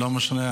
לא משנה,